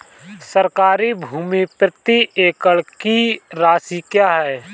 सरकारी भूमि प्रति एकड़ की राशि क्या है?